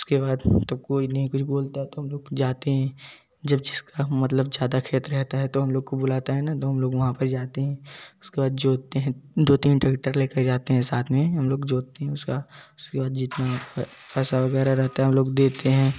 उसके बाद तो कोई नही कुछ बोलता है तो हम लोग जाते हैं जब जिसका मतलब ज्यादा खेत रहता है तो हम लोग को बुलाता हैना तो हम लोग वहाँ पर जाते हैं उसके बाद जोतते है दो तीन ट्रैक्टर लेके जाते है साथ में हम लोग जोतते है उसका उसके बाद जितना पैसा वगैरह रहता है वो लोग देते है